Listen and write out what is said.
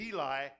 Eli